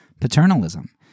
paternalism